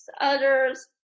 Others